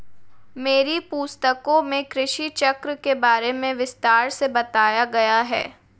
मेरी पुस्तकों में कृषि चक्र के बारे में विस्तार से बताया गया है